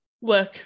work